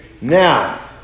Now